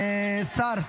השר